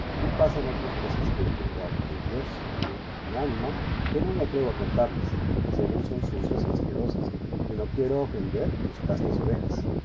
y pasan otras cosas que en verdad y en dios y en mi ánima que no me atrevo a contarlas según son sucias y asquerosas y no quiero ofender tus castas orejas